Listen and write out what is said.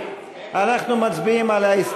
טלב אבו עראר,